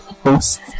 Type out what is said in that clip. post